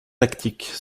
tactique